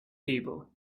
table